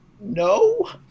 No